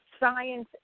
science